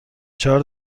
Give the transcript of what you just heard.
چهار